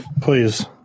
Please